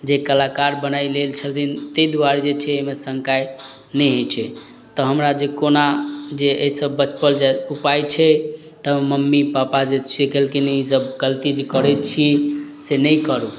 जे कलाकार बनय लेल छथिन तै दुआरे जे छै अइमे शङ्काये नहि होइ छै तऽ हमरा जे कोना जे अइसँ बचपल जाइ उपाय छै तऽ मम्मी पापा जे छै कहलखिन ई सब गलती जे करय छी से नहि करू